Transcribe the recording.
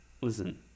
Listen